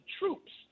troops